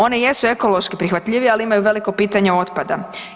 One jesu ekološki prihvatljivije, ali imaju veliko pitanje otpada.